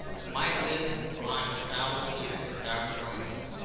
who might live on a thousand years without growing old.